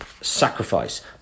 sacrifice